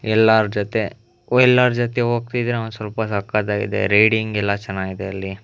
ಎಲ್ಲರ ಜೊತೆ ಕು ಎಲ್ಲರ ಜೊತೆ ಹೋಗ್ತಿದ್ದೀರ ಒಂದ್ಸೊಲ್ಪ ಸಕ್ಕತ್ತಾಗಿದೆ ರೈಡಿಂಗ್ ಎಲ್ಲ ಚೆನ್ನಾಗಿದೆ ಅಲ್ಲಿ